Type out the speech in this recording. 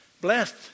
Blessed